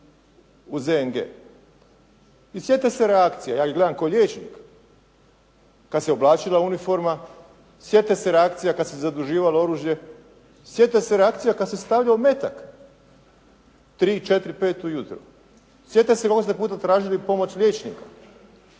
u ZNG i sjete se reakcije, ja ih gledam kao liječnik, kad se oblačila uniforma. Sjete se reakcije kad se zaduživalo oružje, sjete se reakcija kad se stavljao metak. Tri, četiri, pet ujutro. Sjete se … /Govornik se ne razumije./ … da budu tražili pomoć liječnika.